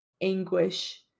anguish